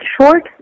short